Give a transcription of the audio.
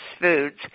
foods